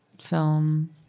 film